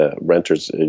renters